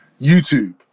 YouTube